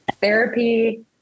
therapy